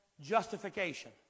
justification